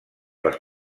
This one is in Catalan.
les